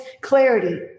clarity